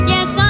Yes